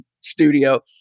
studio